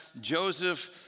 Joseph